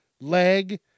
leg